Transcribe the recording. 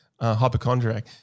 hypochondriac